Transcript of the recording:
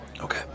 Okay